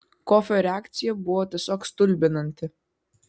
kofio reakcija buvo tiesiog stulbinanti